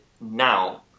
now